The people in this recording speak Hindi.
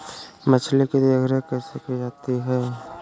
मछली की देखरेख कैसे की जाती है?